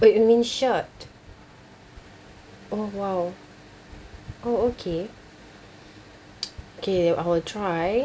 oh you mean shirt oh !wow! oh okay okay I will try